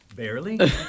Barely